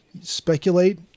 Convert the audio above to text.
speculate